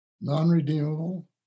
Non-redeemable